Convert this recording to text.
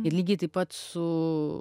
ir lygiai taip pat su